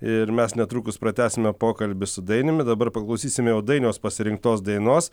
ir mes netrukus pratęsime pokalbį su dainiumi dabar paklausysim jau dainiaus pasirinktos dainos